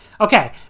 Okay